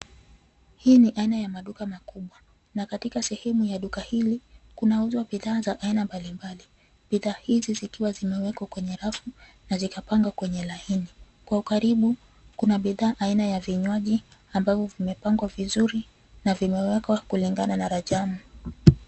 Hii ni aina ya maduka makubwa na katika sehemu ya duka hili kunauzwa bidhaa za aina mbalimbali. Bidhaa hizi zikiwa zimewekwa kwenye rafu na zikapangwa kwenye laini. Kwa ukaribu kuna bidhaa aina ya vinywaji ambavyo vimepangwa vizuri na vimewekwa kulingana na rajamu.